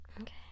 okay